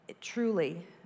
truly